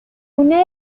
una